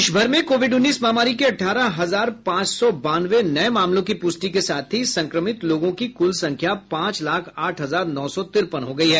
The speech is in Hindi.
देशभर में कोविड उन्नीस महामारी के अठारह हजार पांच सौ बानवे नये मामलों की पुष्टि के साथ ही संक्रमित लोगों की कुल संख्या पांच लाख आठ हजार नौ सौ तिरपन हो गयी है